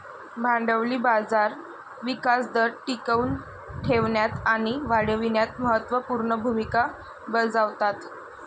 भांडवली बाजार विकास दर टिकवून ठेवण्यात आणि वाढविण्यात महत्त्व पूर्ण भूमिका बजावतात